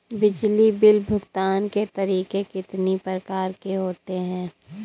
बिजली बिल भुगतान के तरीके कितनी प्रकार के होते हैं?